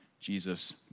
Jesus